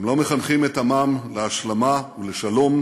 הם לא מחנכים את עמם להשלמה ולשלום,